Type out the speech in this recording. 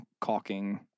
caulking